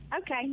okay